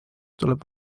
tuleb